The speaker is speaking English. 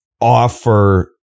offer